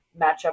matchup